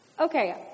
Okay